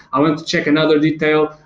i went to check another detail.